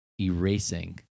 erasing